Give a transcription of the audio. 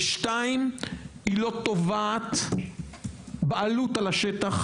והשני, היא לא תובעת בעלות על השטח,